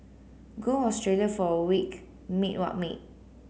go Australia for a week mate what mate